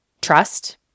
trust